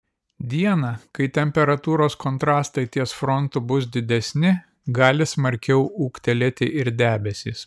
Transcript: dieną kai temperatūros kontrastai ties frontu bus didesni gali smarkiau ūgtelėti ir debesys